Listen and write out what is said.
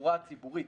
בתחבורה הציבורית.